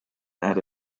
ate